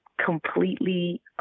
completely